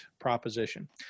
proposition